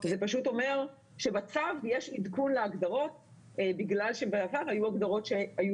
זה פשוט אומר שבצו יש עדכון להגדרות בגלל שבעבר היו הגדרות שהיו